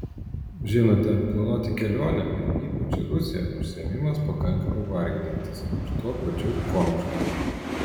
žinote planuoti kelionę ir ypač į rusiją užsiėmimas pakankamai varginantis ir tuo pačiu komiškas